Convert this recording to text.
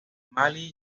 malí